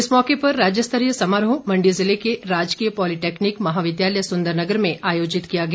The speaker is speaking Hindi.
इस मौके पर राज्यस्तरीय समारोह मण्डी जिले के राजकीय पॉलीटेक्निक महाविद्यालय सुंदरनगर में आयोजित किया गया